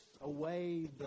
away